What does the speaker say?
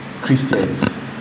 Christians